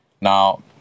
Now